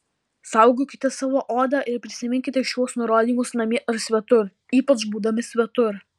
saugokite savo odą ir prisiminkite šiuos nurodymus namie ar svetur ypač būdami svetur